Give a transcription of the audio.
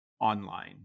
online